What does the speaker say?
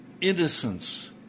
innocence